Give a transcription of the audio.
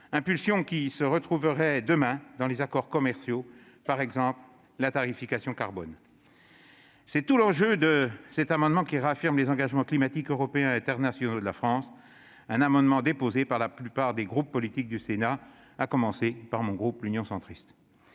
impulsion qui se retrouverait demain dans les accords commerciaux, par exemple en ce qui concerne la tarification carbone. C'est tout l'enjeu de cet amendement qui tend à réaffirmer les engagements climatiques européens et internationaux de la France, déposé par la plupart des groupes politiques du Sénat, à commencer par le groupe Union Centriste.